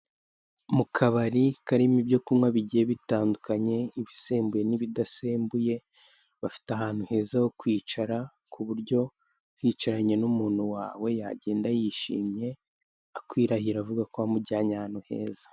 Mu kabari karimo ibyo kunywa bigiye bitandukanye, ibisembuye n'ibidasembuye, bafite ahantu heza ho kwicara, ku buryo uhicaranye n'umuntu wawe yagenda yishimye, akwirahira ko wamujyanye ahantu heza.